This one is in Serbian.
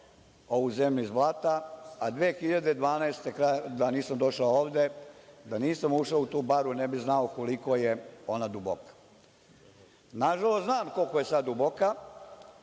ovu zemlju iz blata, a 2012. godine, da nisam došao ovde, da nisam ušao u tu baru ne bih znao koliko je ona duboka. Nažalost, znam koliko je sada duboka.